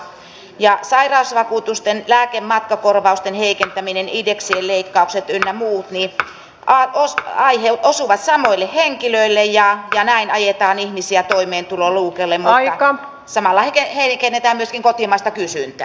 sairausvakuutuksen lääke ja matkakorvausten heikentäminen indeksien leikkaukset ynnä muut osuvat samoille henkilöille ja näin ajetaan ihmisiä toimeentuloluukulle mutta samalla heikennetään myöskin kotimaista kysyntää